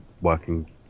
working